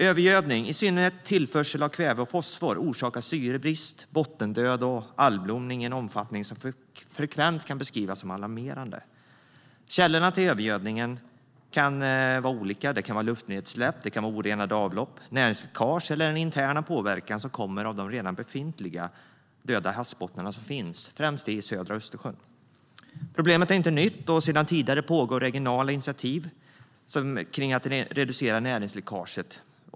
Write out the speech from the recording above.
Övergödning, i synnerhet tillförsel av kväve och fosfor, orsakar syrebrist, bottendöd och algblomning i en omfattning som frekvent kan beskrivas som alarmerande. Källorna till övergödningen kan vara olika. Det kan vara luftnedsläpp, orenade avlopp, näringsläckage eller den interna påverkan som kommer av de redan befintliga döda havsbottnar som finns i främst södra Östersjön. Problemet är inte nytt. Sedan tidigare pågår regionala initiativ för att reducera näringsläckaget.